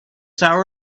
hour